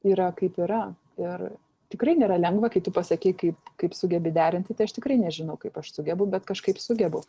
yra kaip yra ir tikrai nėra lengva kai tu pasakei kaip kaip sugebi derinti tai aš tikrai nežinau kaip aš sugebu bet kažkaip sugebu